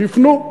תפנו,